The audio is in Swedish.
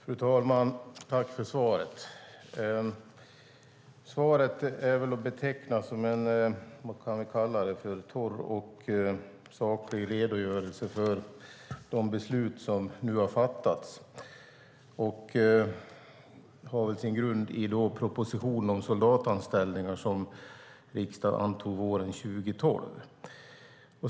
Fru talman! Jag tackar för svaret. Svaret är väl att beteckna som en torr och saklig redogörelse för de beslut som nu har fattats och har sin grund i propositionen om soldatanställningar som riksdagen antog våren 2012.